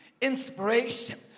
inspiration